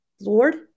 Lord